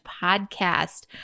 Podcast